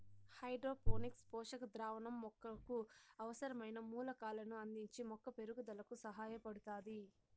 hydroponics పోషక ద్రావణం మొక్కకు అవసరమైన మూలకాలను అందించి మొక్క పెరుగుదలకు సహాయపడుతాది